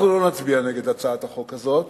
אנחנו לא נצביע נגד הצעת החוק הזאת